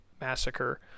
massacre